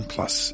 Plus